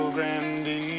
Grande